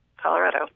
Colorado